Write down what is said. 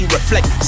Reflect